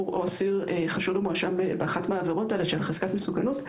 או אסיר חשוד או מואשם באחת מהעבירות האלה של חזקת מסוכנות.